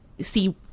see